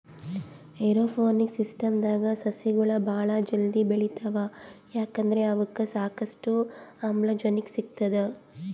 aeroponics ಸಿಸ್ಟಮ್ದಾಗ್ ಸಸಿಗೊಳ್ ಭಾಳ್ ಜಲ್ದಿ ಬೆಳಿತಾವ್ ಯಾಕಂದ್ರ್ ಅವಕ್ಕ್ ಸಾಕಷ್ಟು ಆಮ್ಲಜನಕ್ ಸಿಗ್ತದ್